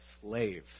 Slave